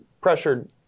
pressured